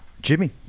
Jimmy